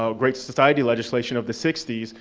ah great society legislation of the sixty s,